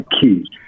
key